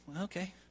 Okay